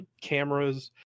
cameras